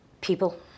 People